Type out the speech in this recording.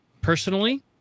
personally